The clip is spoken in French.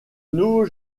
nouveau